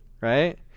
Right